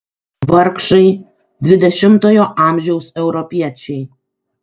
vargšai dvidešimtojo amžiaus europiečiai